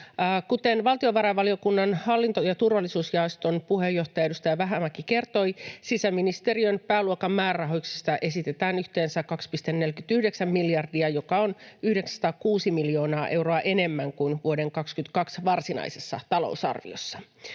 Kuten valtiovarainvaliokunnan hallinto- ja turvallisuusjaoston puheenjohtaja, edustaja Vähämäki kertoi, sisäministeriön pääluokan määrärahoiksi esitetään yhteensä 2,49 miljardia, mikä on 906 miljoonaa euroa enemmän kuin vuoden 22 varsinaisessa talousarviossa.